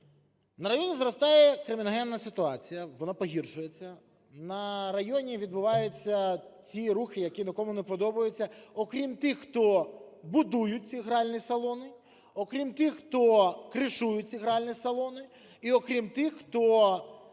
На районі зростає криміногенна ситуація, вона погіршується. На районі відбуваються ті рухи, які нікому не подобаються, окрім тих, хто будують ці гральні салони, окрім тих, хто "кришують" ці гральні салони і окрім тих, хто